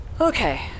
Okay